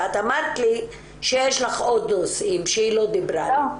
ואת אמרתי לי שיש לך עוד נושאים שהיא לא דיברה עליהם.